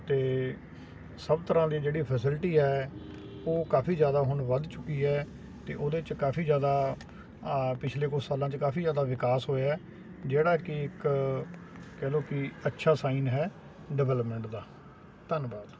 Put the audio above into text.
ਅਤੇ ਸਭ ਤਰ੍ਹਾਂ ਦੀ ਜਿਹੜੀ ਫਸਿਲਟੀ ਹੈ ਉਹ ਕਾਫ਼ੀ ਜ਼ਿਆਦਾ ਹੁਣ ਵੱਧ ਚੁੱਕੀ ਹੈ ਅਤੇ ਉਹਦੇ 'ਚ ਕਾਫ਼ੀ ਜ਼ਿਆਦਾ ਪਿਛਲੇ ਕੁਛ ਸਾਲਾਂ 'ਚ ਜ਼ਿਆਦਾ ਵਿਕਾਸ ਹੋਇਆ ਜਿਹੜਾ ਕਿ ਇੱਕ ਕਹਿ ਲਓ ਕਿ ਅੱਛਾ ਸਾਈਨ ਹੈ ਡਿਵੈਲਮੈਂਟ ਦਾ ਧੰਨਵਾਦ